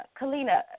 Kalina